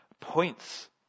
points